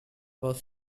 was